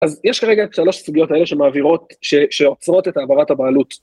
אז יש כרגע את שלוש הסוגיות האלה שמעבירות, שעוצרות את העברת הבעלות.